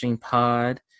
Pod